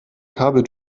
kabel